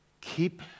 Keep